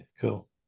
cool